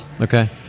okay